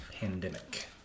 pandemic